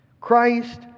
Christ